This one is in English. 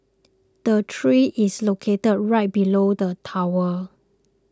the tree is located right below the tower